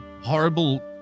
horrible